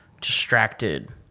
distracted